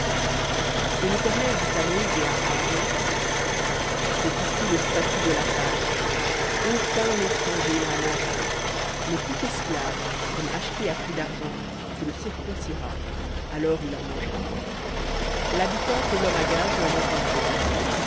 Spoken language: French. et l'éternel dit à moïse et à aaron c'est ici le statut de la pâque aucun étranger n'en mangera mais tout esclave homme acheté à prix d'argent tu le circonciras alors il en mangera lhabitant et l'homme à gages n'en mangeront point